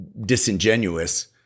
disingenuous